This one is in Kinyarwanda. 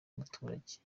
muturage